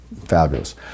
fabulous